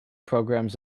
programs